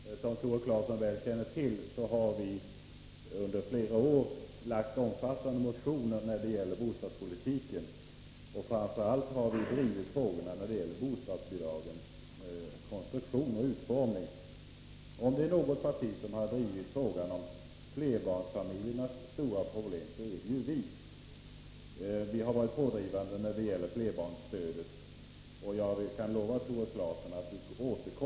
Herr talman! Som Tore Claeson väl känner till har vi under flera år lagt fram omfattande motioner när det gäller bostadspolitiken. Framför allt har vi drivit frågorna om bostadsbidragens konstruktion och utformning. Om det är något parti som har drivit frågan om flerbarnsfamiljernas stora problem är det vårt. Vi har varit pådrivande i fråga om flerbarnsstödet, och vi ämnar återkomma i den frågan.